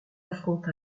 affronta